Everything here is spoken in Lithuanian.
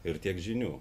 ir tiek žinių